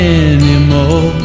anymore